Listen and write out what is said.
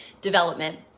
development